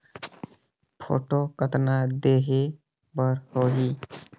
Photo कतना देहें बर होहि?